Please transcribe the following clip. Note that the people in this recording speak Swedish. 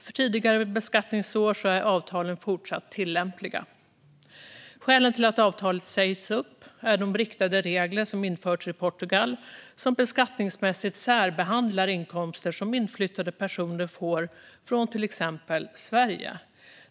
För tidigare beskattningsår är avtalet fortsatt tillämpligt. Skälen till att avtalet sägs upp är de riktade regler som införts i Portugal som beskattningsmässigt särbehandlar inkomster som inflyttade personer får från till exempel Sverige.